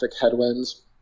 headwinds